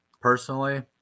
personally